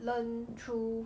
learn through